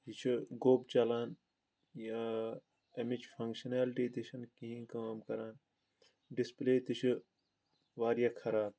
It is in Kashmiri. یہِ چھُ گوٚب چلان یا اَمِچ فنٛگشنَیلٹِی تہِ چھِنہٕ کِہیٖنۍ کٲم کَران ڈِسپٕلے تہِ چھِ واریاہ خراب